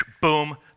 boom